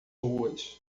ruas